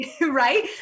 right